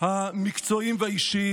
המקצועיים והאישיים.